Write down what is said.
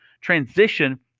Transition